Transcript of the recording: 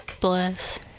Bless